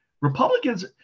Republicans